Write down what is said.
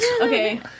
okay